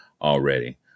already